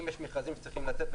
אם יש מכרזים שצריכים לצאת,